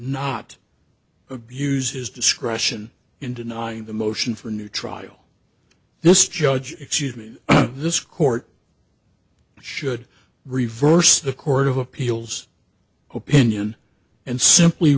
not abuse his discretion in denying the motion for a new trial this judge excuse me this court should reverse the court of appeals opinion and simply